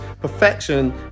perfection